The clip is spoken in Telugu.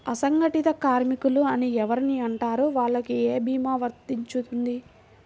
అసంగటిత కార్మికులు అని ఎవరిని అంటారు? వాళ్లకు ఏ భీమా వర్తించుతుంది?